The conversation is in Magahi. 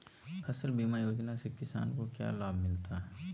फसल बीमा योजना से किसान को क्या लाभ मिलता है?